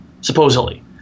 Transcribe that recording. supposedly